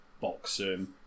boxing